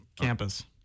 campus